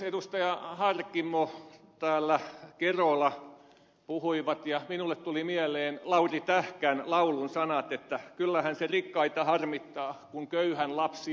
kun edustajat harkimo ja kerola täällä puhuivat minulle tuli mieleen lauri tähkän laulun sanat sehän niitä rikkahia harmittaa kun köyhän lapsi on kaunis